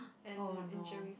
and injuries